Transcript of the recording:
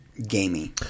Gamey